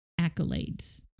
accolades